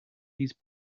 these